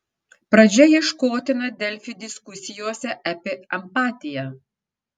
pradžia ieškotina delfi diskusijose apie empatiją